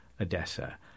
Odessa